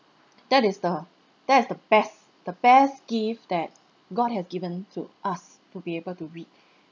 that is the that is the best the best gift that god has given to us to be able to read